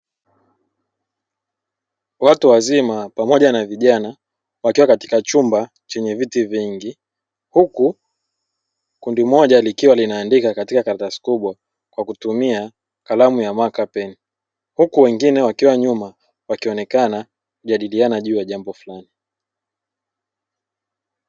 Watu wazima pamoja na vijana wakiwa katika chumba chenye viti vingi, huku kundi moja likiwa linaandika katika karatasi kubwa kwa kutumia kalamu ya makapeni, huku wengine wakiwa nyuma wakionekana kujadiliana juu ya jambo fulani.